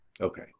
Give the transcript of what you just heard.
Okay